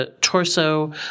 Torso